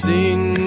Sing